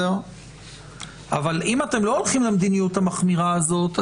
אבל אם אתם לא הולכים למדיניות המחמירה הזאת,